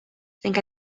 think